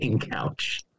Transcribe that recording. couch